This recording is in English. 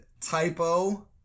Typo